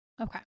Okay